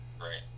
right